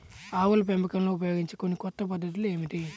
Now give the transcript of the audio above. ఆవుల పెంపకంలో ఉపయోగించే కొన్ని కొత్త పద్ధతులు ఏమిటీ?